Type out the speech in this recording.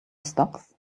stocks